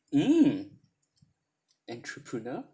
mm entrepreneur